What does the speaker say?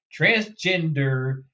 Transgender